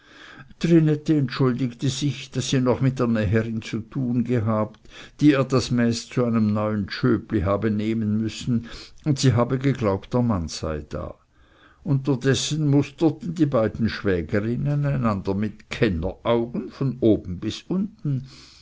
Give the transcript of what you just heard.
entschuldigte sich daß sie noch mit der näherin zu tun gehabt die ihr das mäß zu einem neuen tschöpli habe nehmen müssen und sie habe geglaubt der mann sei da unterdessen musterten die beiden schwägerinnen einander mit kenneraugen von oben bis unten